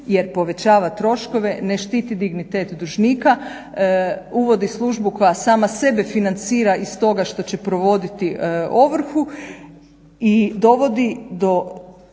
jer povećava troškove, ne štiti dignitet dužnika, uvodi službu koja sama sebe financira iz toga što će provoditi ovrhu i dovodi do